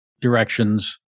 directions